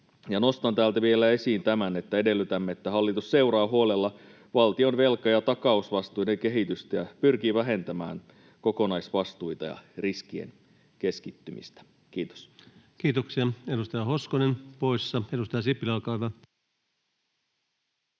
Nostan täältä vielä esiin tämän, että edellytämme, että hallitus seuraa huolella valtion velka- ja takausvastuiden kehitystä ja pyrkii vähentämään kokonaisvastuita ja riskien keskittymistä. — Kiitos. Kiitoksia. — Edustaja Hoskonen poissa. — Edustaja Sipilä, olkaa hyvä.